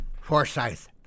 Forsyth